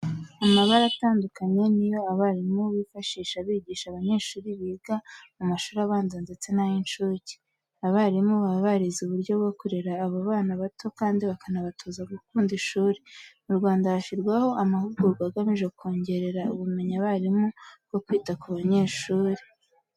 Amabara atandukanye niyo abarimu bifashisha bigisha abanyeshuri biga mu mashuri abanza ndetse n'ay'incuke. Abarimu baba barize uburyo bwo kurera aba bana bato kandi bakanabatoza gukunda ishuri. Mu Rwanda hashyirwaho amahugurwa agamije kongerera ubumenyi abarimu bwo kwita ku banyeshuri.